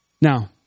Now